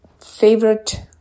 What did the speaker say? favorite